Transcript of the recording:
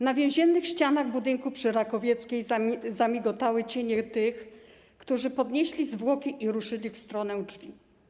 Na więziennych ścianach budynku przy ul. Rakowieckiej zamigotały cienie tych, którzy podnieśli zwłoki i ruszyli w stronę drzwi.